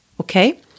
Okay